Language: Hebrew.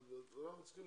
אנחנו צריכים